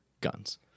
Guns